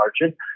margin